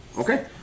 Okay